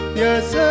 Yes